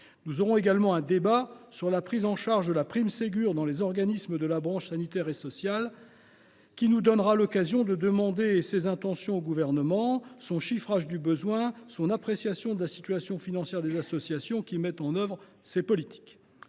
Nous aurons également un débat sur la prise en charge de la prime Ségur dans les organismes de la branche sanitaire et sociale, ce qui nous donnera l’occasion de demander au Gouvernement de préciser ses intentions, son chiffrage du besoin et son appréciation de la situation financière des associations qui mettent en œuvre ces politiques.